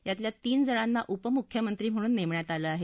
यातल्या तीन जणांना उपमुख्यमंत्री म्हणून नेमण्यात आलं आहे